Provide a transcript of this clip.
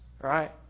right